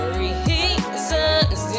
reasons